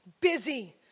Busy